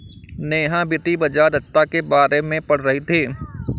नेहा वित्तीय बाजार दक्षता के बारे में पढ़ रही थी